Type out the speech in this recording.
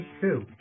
two